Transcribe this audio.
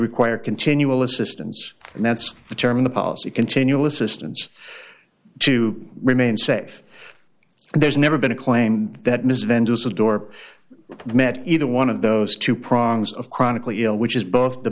require continual assistance and that's the term in the policy continual assistance to remain safe and there's never been a claim that mrs van dusen door met either one of those two prongs of chronically ill which is both the